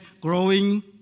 growing